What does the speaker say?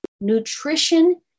Nutrition